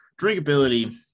Drinkability